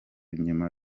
nyuma